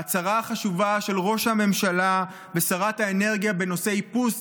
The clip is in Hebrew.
ההצהרה החשובה של ראש הממשלה ושרת האנרגיה בנושא איפוס